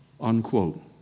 unquote